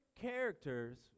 characters